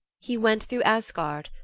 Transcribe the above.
he went through asgard,